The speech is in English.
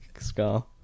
Scar